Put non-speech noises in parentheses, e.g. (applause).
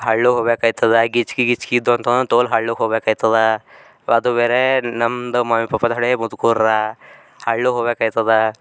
ಹಳ್ಳಿಗೆ ಹೋಗ್ಬೇಕಾಯ್ತದ ಗಿಜ್ಕಿ ಗಿಜ್ಕಿ ಇದ್ದೋ ಅಂತಂದು ತೋಲ್ ಹಳ್ಳಿಗೆ ಹೋಗ್ಬೇಕಾಯ್ತದ ಅದು ಬೇರೆ ನಮ್ದು (unintelligible) ಹಳೆ ಭೂತ ಕೋರಾ ಹಳ್ಳಗೆ ಹೋಗ್ಬೇಕಾಯ್ತದ